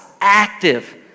active